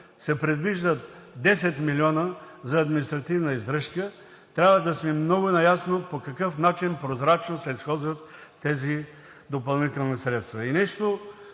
се предвиждат 10 милиона за административна издръжка, трябва да сме много наясно по какъв начин прозрачно се разходват тези допълнителни средства.